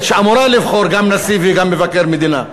שאמורה לבחור גם נשיא וגם מבקר מדינה.